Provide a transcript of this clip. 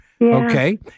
Okay